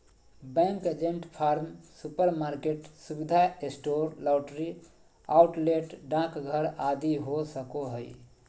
bank agent farm, supermarket, सुविधा store, lottery outlet, डाकघर आदि हो सको हइ